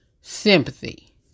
sympathy